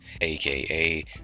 aka